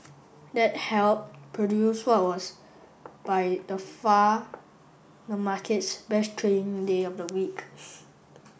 that helped produce what was by the far the market's best trading day of the week